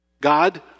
God